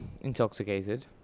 intoxicated